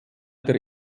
der